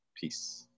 peace